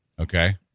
Okay